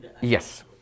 Yes